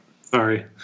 Sorry